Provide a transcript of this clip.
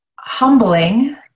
humbling